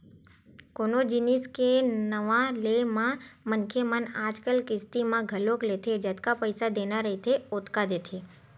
कोनो जिनिस के नवा ले म मनखे मन आजकल किस्ती म घलोक लेथे जतका पइसा देना रहिथे ओतका देथे